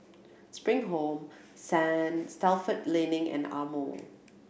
Spring Home Stalford Learning and Amore